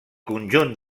conjunt